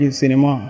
cinema